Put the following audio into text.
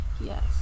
yes